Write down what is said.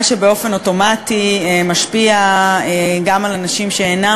מה שבאופן אוטומטי משפיע גם על אנשים שאינם